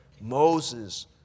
Moses